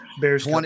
bears